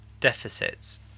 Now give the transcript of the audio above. deficits